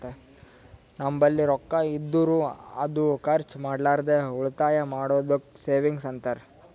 ನಂಬಲ್ಲಿ ರೊಕ್ಕಾ ಇದ್ದುರ್ ಅದು ಖರ್ಚ ಮಾಡ್ಲಾರ್ದೆ ಉಳಿತಾಯ್ ಮಾಡದ್ದುಕ್ ಸೇವಿಂಗ್ಸ್ ಅಂತಾರ